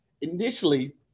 initially